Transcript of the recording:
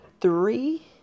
three